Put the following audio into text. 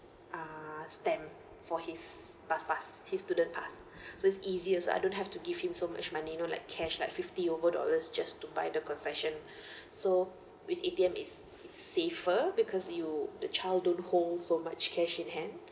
uh stamp for his bus pass his student pass so it's easier also I don't have to give him so much money you know like cash like fifty over dollars just to buy the concession so with A_T_M it's safer because you the child don't hold so much cash in hand